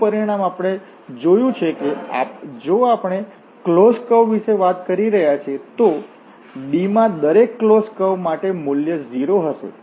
ત્રીજું પરિણામ આપણે જોયું છે કે જો આપણે ક્લોસ્ડ કર્વ વિશે વાત કરી રહ્યા છીએ તો D માં દરેક ક્લોસ્ડ કર્વ માટે મૂલ્ય 0 હશે